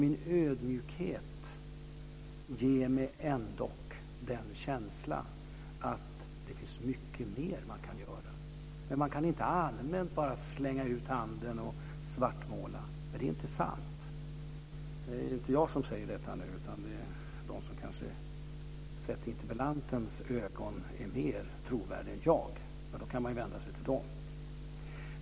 Min ödmjukhet ger mig ändock den känslan att det finns mycket mer man kan göra. Man kan inte bara allmänt slänga ut handen och svartmåla. Det är inte sant. Det är inte jag som säger detta, utan det är de som kanske, sett i interpellantens ögon, är mer trovärdiga än jag. Då kan man vända sig till dem.